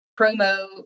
promo